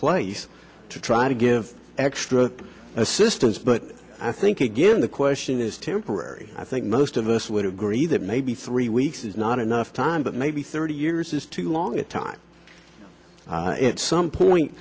place to try to give extra assistance but i think again the question is temporary i think most of us would agree that maybe three weeks is not enough time but maybe thirty years is too long a time it's some point